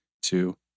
two